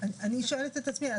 לכל